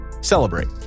celebrate